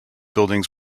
buildings